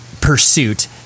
pursuit